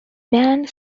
band